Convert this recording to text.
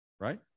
right